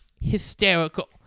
hysterical